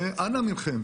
אנא מכם,